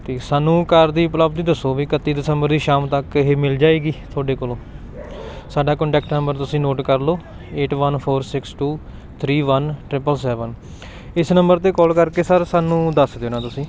ਅਤੇ ਸਾਨੂੰ ਕਾਰ ਦੀ ਉਪਲੱਬਧੀ ਦੱਸੋ ਵੀ ਇਕੱਤੀ ਦਸੰਬਰ ਦੀ ਸ਼ਾਮ ਤੱਕ ਇਹ ਮਿਲ ਜਾਏਗੀ ਤੁਹਾਡੇ ਕੋਲੋਂ ਸਾਡਾ ਕੌਂਟੈਕਟ ਨੰਬਰ ਤੁਸੀਂ ਨੋਟ ਕਰ ਲਉ eight one four six two three one triple seven ਇਸ ਨੰਬਰ 'ਤੇ ਕੋਲ ਕਰਕੇ ਸਰ ਸਾਨੂੰ ਦੱਸ ਦੇਣਾ ਤੁਸੀਂ